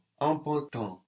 Important